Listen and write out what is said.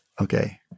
Okay